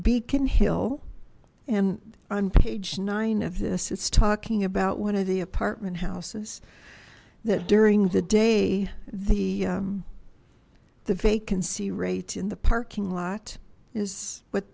beacon hill and on page nine of this it's talking about one of the apartment houses that during the day the the vacancy rate in the parking lot is w